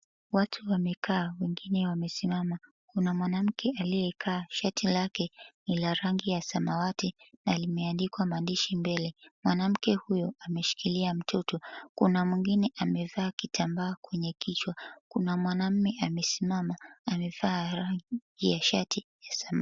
Watu wamekaa wengine wamesimama. Kuna mwanamke aliyekaa, shati lake ni la rangi ya samawati na limeandikwa maandishi mbele. Mwanamke huyo ameshikilia mtoto. Kuna mwingine amevaa kitambaa kwenye kichwa. Kuna mwanaume amesimama amevaa rangi ya shati ya samawati.